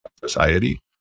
society